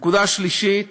נקודה שלישית